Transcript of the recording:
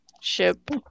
Ship